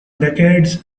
decades